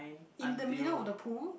in the middle of the pool